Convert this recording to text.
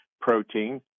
protein